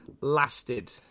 lasted